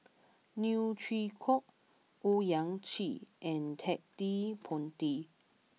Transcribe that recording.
Neo Chwee Kok Owyang Chi and Ted De Ponti